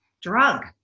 drug